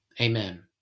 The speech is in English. amen